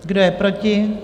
Kdo je proti?